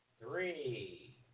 three